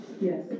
Yes